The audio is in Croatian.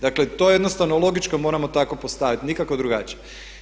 Dakle to je jednostavno logično, moramo tako postaviti nikako drugačije.